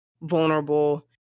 vulnerable